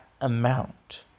amount